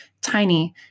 tiny